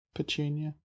Petunia